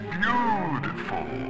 beautiful